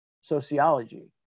sociology